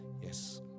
Yes